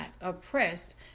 oppressed